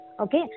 Okay